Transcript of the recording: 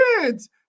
kids